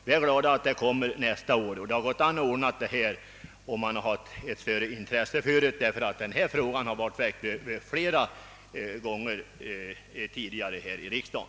Vi är glada över att obligatorisk ansökan genomförs nästa år, men det hade varit möjligt att lösa frågan tidigare om det funnits intresse från regeringssidan, ty den har varit uppe flera gånger tidigare i riksdagen.